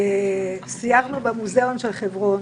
סיירנו במוזיאון של חברון,